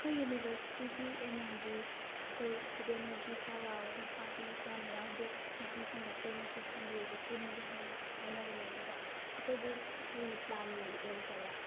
ꯑꯩꯈꯣꯏ ꯌꯨꯅꯤꯕꯔꯁꯤꯇꯤꯒꯤ ꯑꯦꯝ ꯑꯦꯒꯤ ꯑꯩꯈꯣꯏ ꯏꯁꯇꯨꯗꯦꯟ ꯅꯨꯄꯤ ꯈꯔ ꯌꯥꯎꯋꯦ ꯅꯨꯄꯥꯗꯤ ꯌꯥꯝꯅ ꯌꯥꯎꯗꯦ ꯅꯨꯄꯤꯁꯤꯡꯒ ꯑꯩꯈꯣꯏ ꯉꯁꯤ ꯁꯟꯗꯦꯁꯦ ꯄꯨꯟꯁꯤ ꯍꯥꯏꯅ ꯍꯥꯏꯅꯕꯅꯦ ꯑꯗꯨꯗ ꯑꯩꯈꯣꯏꯗꯨ ꯄ꯭ꯔꯤ ꯄ꯭ꯂꯥꯟ ꯂꯩꯇꯕ